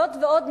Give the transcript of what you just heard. זאת ועוד,